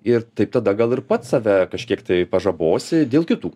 ir taip tada gal ir pats save kažkiek tai pažabosi dėl kitų